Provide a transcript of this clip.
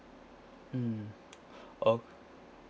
mm oh